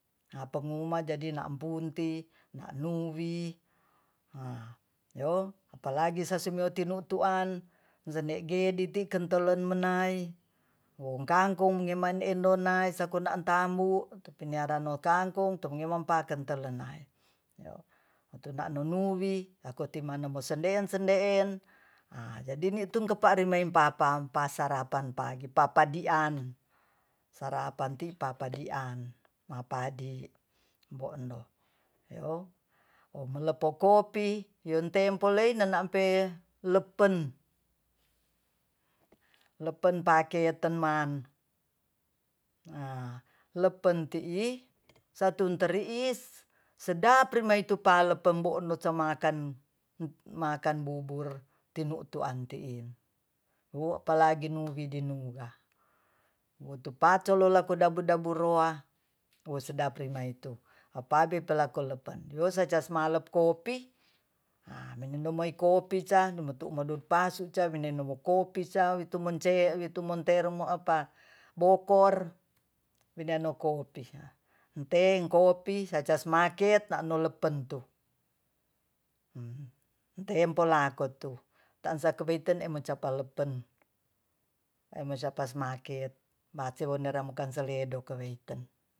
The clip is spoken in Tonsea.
ngapongu uma jadi na punti na'nuwi na yo apalagi sasembio tinutuan jene gediti kentelen menai wong kangkong ngeman endonai sakona tambu tapiyarano kangkong tungmiwopangke ya tengkelen nai atona nunuwi akotimano mo sendeen-sendeen a jadi ni'tum kempareem papaw pas sarapan pagi papadiani sarapanti papadian mapadi mbodo eyaw melopo kopi yun tempo lei nanampe lepen lepen pakeimteman a lepen tii satun teriis sedap rimai tu palempom mbodo samaken makan bubur tinutuan tiin wu apalagi nu'widi numuga wutupacolloko dabu-dabu roa wu sedap rimai itu apabepelako lepan yowesecasmalekopi na naminai-minai kopica minotu nopasuca winomi kopica witumoncea witumonteru mo apa bokor winano kopi enteng kopi sacasmaket na'no lepentu tempolakutu tansa kowiten emcapalepen emoscapa maket waciwondarang bukan seledo keweiten